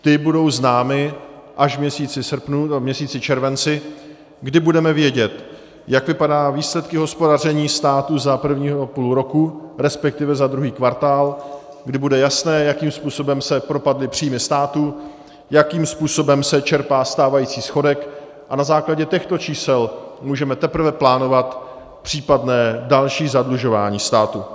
Ta budou známa až v měsíci červenci, kdy budeme vědět, jak vypadají výsledky hospodaření státu za prvního půl roku, respektive za druhý kvartál, kdy bude jasné, jakým způsobem se propadly příjmy státu, jakým způsobem se čerpá stávající schodek, a na základě těchto čísel můžete teprve plánovat případné další zadlužování státu.